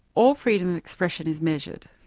all freedom of expression is measured.